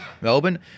Melbourne